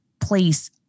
place